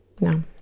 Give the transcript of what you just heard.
no